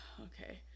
okay